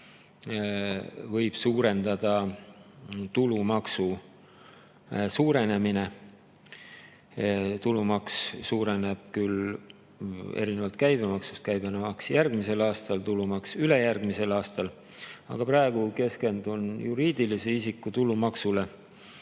võib suurendada tulumaksu suurenemine. Tulumaks suureneb küll erinevalt käibemaksust – käibemaks järgmisel aastal, tulumaks ülejärgmisel aastal –, aga praegu keskendun juriidilise isiku tulumaksu